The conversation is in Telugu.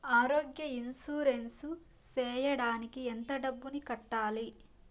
ఆరోగ్య ఇన్సూరెన్సు సేయడానికి ఎంత డబ్బుని కట్టాలి?